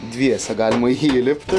dviese galima į jį įlipti